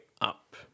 up